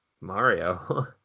mario